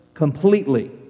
Completely